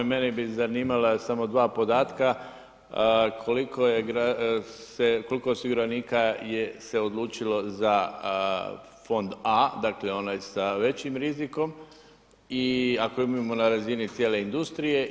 Mene bi zanimala samo dva podatka, koliko osiguranika se odlučilo da fond A dakle onaj sa većim rizikom i ako imamo na razini cijele industrije?